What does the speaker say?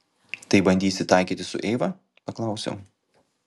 tai bandysi taikytis su eiva paklausiau